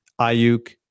Ayuk